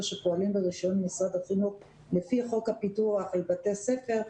שפועלים ברישיון משרד החינוך לפי חוק הפיקוח על בתי ספר,